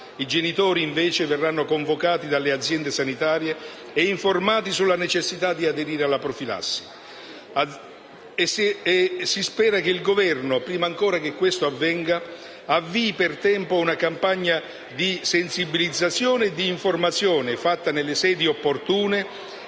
i genitori verranno invece convocati dalle aziende sanitarie e informati sulla necessità di aderire alla profilassi. Si spera che il Governo, prima ancora che questo avvenga, avvii per tempo una campagna d'informazione e sensibilizzazione, fatta nelle sedi opportune